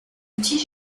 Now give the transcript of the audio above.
outils